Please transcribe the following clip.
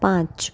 પાંચ